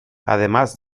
además